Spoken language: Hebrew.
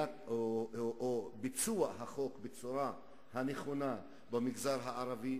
ביצוע החוק בצורה הנכונה במגזר הערבי,